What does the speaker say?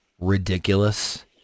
ridiculous